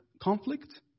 conflict